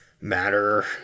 matter